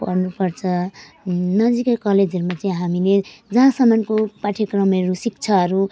पढ्नुपर्छ नजिकै कलेजहरूमा चाहिँ हामी नै जहाँसम्मको पाठ्यक्रमहरू शिक्षाहरू